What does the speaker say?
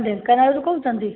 ଢେଙ୍କାନାଳରୁ କହୁଛନ୍ତି